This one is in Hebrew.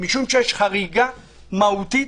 יש חריגה מהותית